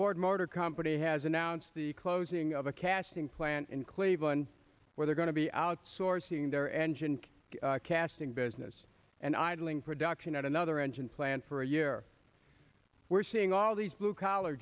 ford motor company has announced the closing of a casting plant in cleveland where they're going to be outsourcing their engine casting business and idling production at another engine plant for a year we're seeing all these blue collar